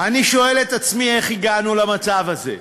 אני שואל את עצמי, איך הגענו למצב הזה?